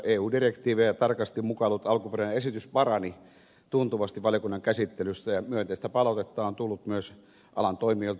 eu direktiivejä tarkasti mukaillut alkuperäinen esitys parani tuntuvasti valiokunnan käsittelyssä ja myönteistä palautetta on tullut myös alan toimijoilta ja yrittäjiltä